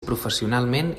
professionalment